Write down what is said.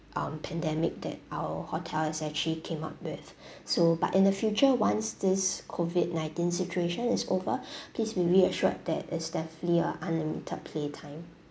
um pandemic that our hotel has actually came up with so but in the future once this COVID nineteen situation is over please be reassured that it's definitely a unlimited playtime